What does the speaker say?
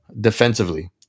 defensively